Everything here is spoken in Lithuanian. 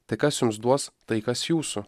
tai kas jums duos tai kas jūsų